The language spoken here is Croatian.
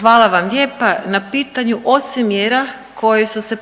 Hvala vam lijepa na pitanju. Osim mjera koje su se